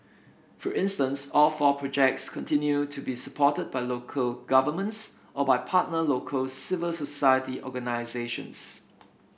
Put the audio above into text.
for instance all four projects continue to be supported by local governments or by partner local civil society organisations